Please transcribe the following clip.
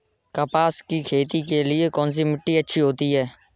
कपास की खेती के लिए कौन सी मिट्टी अच्छी होती है?